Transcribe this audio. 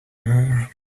her